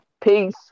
Peace